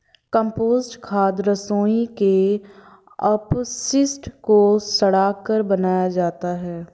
compost खाद रसोई के अपशिष्ट को सड़ाकर बनाया जाता है